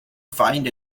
find